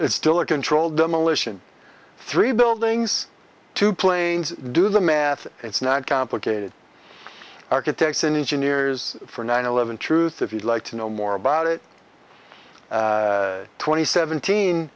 it's still a controlled demolition three buildings two planes do the math it's not complicated architects and engineers for nine eleven truth if you'd like to know more about it twenty seventeen